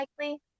likely